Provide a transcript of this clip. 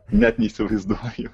net neįsivaizduoju